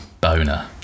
Boner